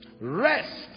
Rest